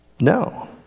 No